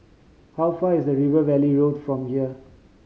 how far is River Valley Road from here